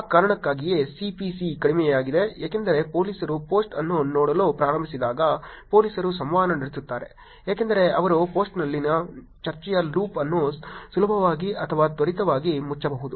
ಆ ಕಾರಣಕ್ಕಾಗಿಯೇ CPC ಕಡಿಮೆಯಾಗಿದೆ ಏಕೆಂದರೆ ಪೋಲೀಸರು ಪೋಸ್ಟ್ ಅನ್ನು ನೋಡಲು ಪ್ರಾರಂಭಿಸಿದಾಗ ಪೋಲೀಸರು ಸಂವಹನ ನಡೆಸುತ್ತಾರೆ ಏಕೆಂದರೆ ಅವರು ಪೋಸ್ಟ್ನಲ್ಲಿನ ಚರ್ಚೆಯ ಲೂಪ್ ಅನ್ನು ಸುಲಭವಾಗಿ ಅಥವಾ ತ್ವರಿತವಾಗಿ ಮುಚ್ಚಬಹುದು